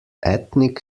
ethnic